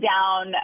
down